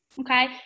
Okay